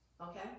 Okay